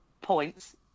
points